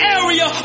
area